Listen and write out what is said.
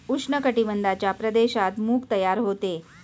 उष्ण कटिबंधाच्या प्रदेशात मूग तयार होते